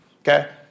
Okay